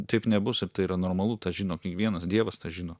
taip nebus ir tai yra normalu tą žino kiekvienas dievas tą žino